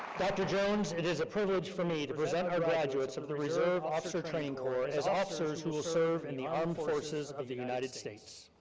dr. jones, it is a privilege for me to present my graduates of the reserve officer training corps as officers who will serve in the armed forces of the united states.